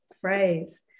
phrase